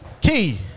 Key